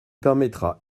permettra